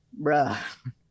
bruh